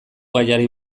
gaiari